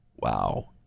Wow